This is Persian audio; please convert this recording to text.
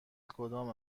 کدام